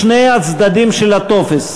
משני הצדדים של הטופס,